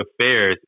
Affairs